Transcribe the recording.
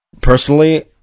Personally